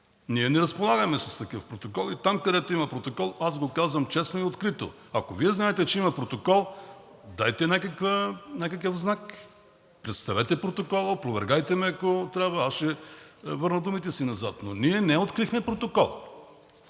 Ние не разполагаме с такъв протокол и там, където има такъв протокол, аз го казвам честно и открито. Ако Вие знаете, че има протокол, дайте някакъв знак – представете протокола, опровергайте ме, ако трябва, аз ще върна думите си назад, но ние не открихме протокол.